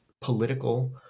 political